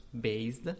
based